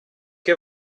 che